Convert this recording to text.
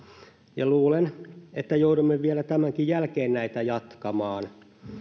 ja luulen että joudumme vielä tämänkin jälkeen näitä jatkamaan